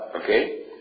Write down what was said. Okay